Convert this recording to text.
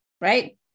right